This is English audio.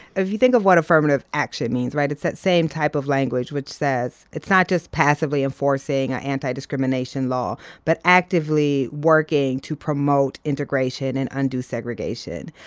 if you think of what affirmative action means right? it's that same type of language which says it's not just passively enforcing ah antidiscrimination law but actively working to promote integration and undo segregation.